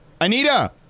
Anita